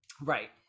Right